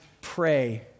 pray